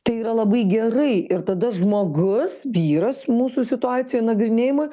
tai yra labai gerai ir tada žmogus vyras mūsų situacijoj nagrinėjamoj